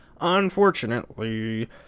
Unfortunately